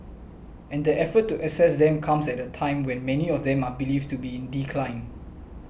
and the effort to assess them comes at a time when many of them are believed to be in decline